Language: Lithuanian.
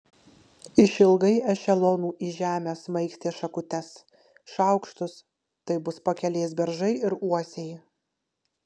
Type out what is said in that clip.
išilgai ešelonų į žemę smaigstė šakutes šaukštus tai bus pakelės beržai ir uosiai